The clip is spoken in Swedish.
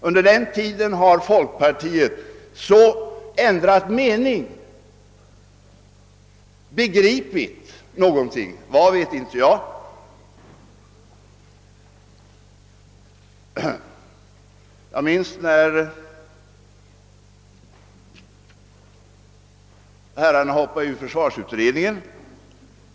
Under den tiden har folkpartiet begripit någonting — vad det är vet inte jag — och ändrat mening. Jag minns den roll folkpartiet spelade när herrarna hoppade av från försvarsutredningen.